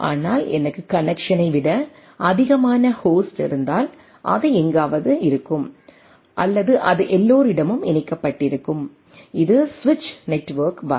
ஆனால் எனக்கு கனெக்ட்சனை விட அதிகமான ஹோஸ்ட் இருந்தால் அது எங்காவது இருக்கும் அல்லது அது எல்லோரிடமும் இணைக்கப்பட்டிருக்கும் இது சுவிட்ச் நெட்வொர்க் வகை